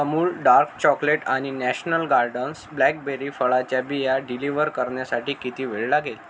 Amul dark chocolate आणि National Gardens blackberry फळाच्या बिया डिलिव्हर करण्यासाठी किती वेळ लागेल